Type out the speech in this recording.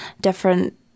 different